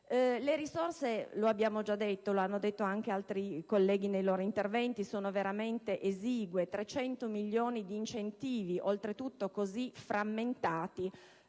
Le risorse, lo abbiamo già detto e lo hanno detto anche altri colleghi nei loro interventi, sono veramente esigue: 300 milioni di euro di incentivi, oltretutto talmente frammentati